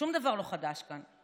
שום דבר לא חדש כאן.